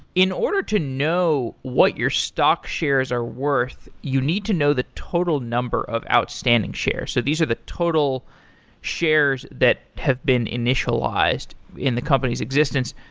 in order to know what your stock shares are worth, you need to know the total number of outstanding shares. so these are the total shares that have been initialized in the company's existence.